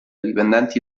dipendenti